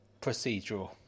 procedural